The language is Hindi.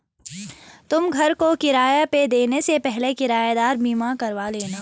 तुम घर को किराए पे देने से पहले किरायेदार बीमा करवा लेना